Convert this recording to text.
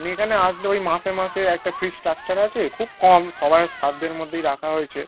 আপনি এখানে আসলে ওই মাসে মাসে একটা ফিস স্ট্রাকচার আছে খুব কম সবার সাধ্যের মধ্যে রাখা হয়েছে